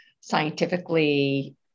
scientifically